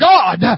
God